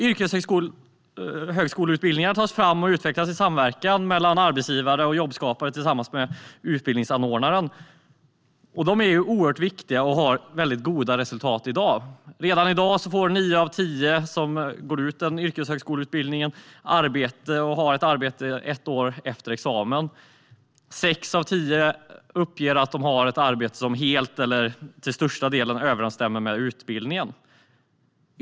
Yrkeshögskoleutbildningar tas fram och utvecklas i samverkan mellan arbetsgivare, jobbskapare och utbildningsanordnare. De är oerhört viktiga och har mycket goda resultat; redan i dag har nio av tio som går en yrkeshögskoleutbildning arbete ett år efter examen. Sex av tio uppger att de har ett arbete som helt eller till största delen överensstämmer med utbildningen.